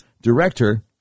director